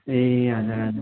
ए हजुर हजुर